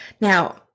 now